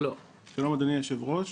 שלום, אדוני היושב-ראש